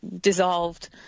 dissolved